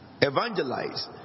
evangelize